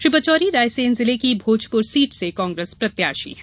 श्री पचोरी रायसेन जिले की भोजपुर सीट से कांग्रेस प्रत्याशी हैं